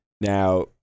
now